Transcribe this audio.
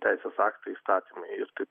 teisės aktai įstatymai ir taip